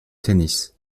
tennis